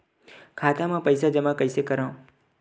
खाता म पईसा जमा कइसे करव?